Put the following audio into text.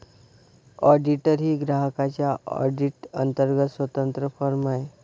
auditor ही ग्राहकांच्या audit अंतर्गत स्वतंत्र फर्म आहे